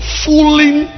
fooling